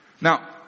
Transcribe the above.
Now